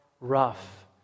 rough